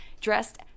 dressed